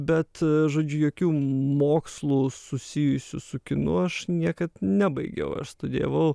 bet žodžiu jokių mokslų susijusių su kinu aš niekad nebaigiau aš studijavau